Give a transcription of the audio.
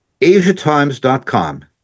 AsiaTimes.com